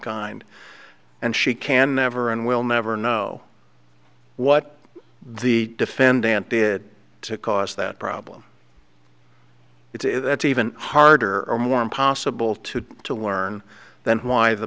kind and she can never and will never know what the defendant did to cause that problem it's even harder or more impossible to to learn then why the